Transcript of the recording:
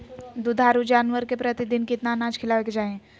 दुधारू जानवर के प्रतिदिन कितना अनाज खिलावे के चाही?